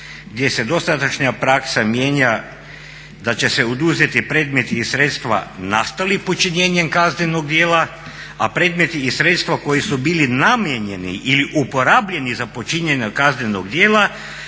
gdje se dosadašnja praksa mijenja da će se oduzeti predmeti i sredstva nastali počinjenjem kaznenog djela, a predmeti i sredstva koji su bili namijenjeni ili uporabljeni za počinjenje kaznenog djela